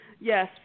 yes